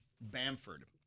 Bamford